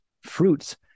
fruits